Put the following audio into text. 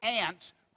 ants